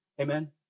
Amen